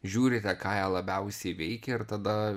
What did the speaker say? žiūrite ką jie labiausiai veikia ir tada